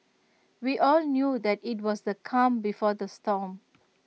we all knew that IT was the calm before the storm